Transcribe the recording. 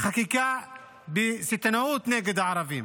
חקיקה בסיטונאות נגד הערבים